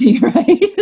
Right